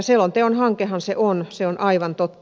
selonteon hankehan se on se on aivan totta